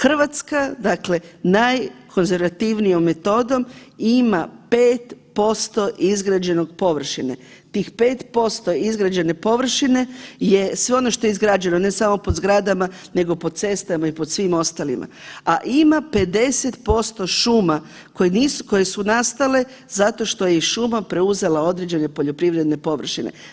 Hrvatska, dakle najkonzervativnijom metodom ima 5% izgrađenog površine, tih 5% izgrađene površine je sve ono što je izgrađeno, ne samo pod zgradama, nego pod cestama i pod svim ostalima, a ima 50% šuma koje su nastale zato što je i šuma preuzela određene poljoprivredne površine.